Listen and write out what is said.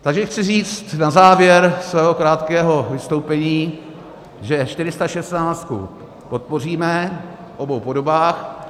Takže chci říct na závěr svého krátkého vystoupení, že čtyřistašestnáctku podpoříme v obou podobách.